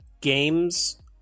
games